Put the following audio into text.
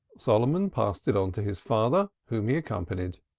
solomon passed it on to his father, whom he accompanied.